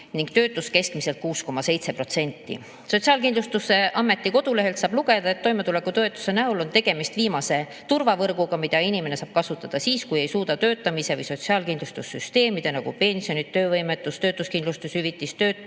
ning töötus keskmiselt 6,7%. Sotsiaalkindlustusameti kodulehelt saab lugeda, et toimetulekutoetuse näol on tegemist viimase turvavõrguga, mida inimene saab kasutada siis, kui ei suuda töötamise või sotsiaalkindlustussüsteemide, nagu pensionide, töövõimetus-, töötuskindlustushüvitise, töötutoetuse